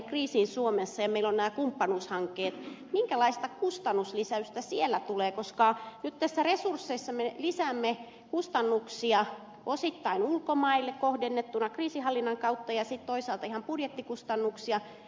kun meillä on nämä kumppanuushankkeet minkälaista kustannuslisäystä siellä tulee koska nyt näissä resursseissa me lisäämme kustannuksia osittain ulkomaille kohdennettuina kriisinhallinnan kautta ja sitten toisaalta ihan budjettikustannuksina